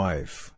Wife